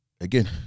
again